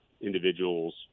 individuals